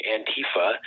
Antifa